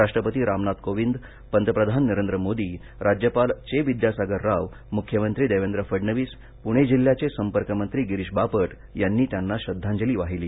राष्ट्रपती रामनाथ कोविंद पंतप्रधान नरेंद्र मोदी राज्यपाल चे विद्यासागर राव मुख्यमंत्री देवेंद्र फडणवीस पुणे जिल्ह्याचे संपर्कमंत्री गिरीश बापट यांनी त्यांना श्रद्वांजली वाहिली